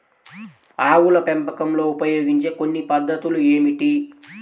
ఆవుల పెంపకంలో ఉపయోగించే కొన్ని కొత్త పద్ధతులు ఏమిటీ?